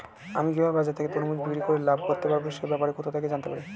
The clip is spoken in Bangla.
আমি কিভাবে বাজার থেকে তরমুজ বিক্রি করে লাভ করতে পারব সে ব্যাপারে কোথা থেকে জানতে পারি?